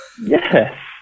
Yes